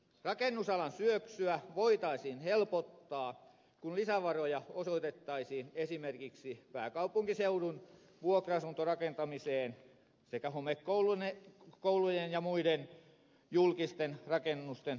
rakennusalan syöksyä voitaisiin helpottaa kun lisävaroja osoitettaisiin esimerkiksi pääkaupunkiseudun vuokra asuntorakentamiseen sekä homekoulujen ja muiden julkisten rakennusten korjausrakentamiseen